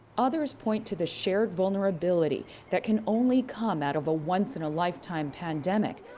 others point to the shared vulnerability that can only come out of a once-in-a-lifetime pandemic.